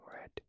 red